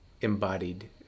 embodied